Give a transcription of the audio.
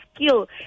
skill